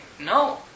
no